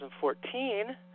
2014